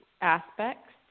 aspects